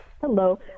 Hello